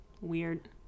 weird